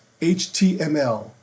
html